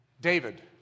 David